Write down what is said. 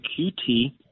QT